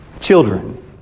Children